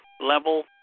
level